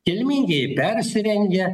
kilmingieji persirengia